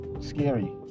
scary